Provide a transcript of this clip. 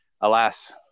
alas